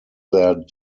there